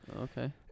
Okay